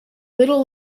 little